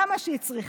כמה שהיא צריכה.